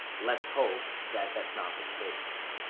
let's hope that that's not the case.